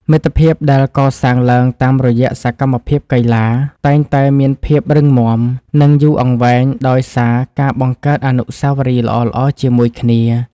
មិត្តភាពដែលកសាងឡើងតាមរយៈសកម្មភាពកីឡាតែងតែមានភាពរឹងមាំ និងយូរអង្វែងដោយសារការបង្កើតអនុស្សាវរីយ៍ល្អៗជាមួយគ្នា។